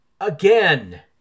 again